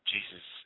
Jesus